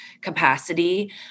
capacity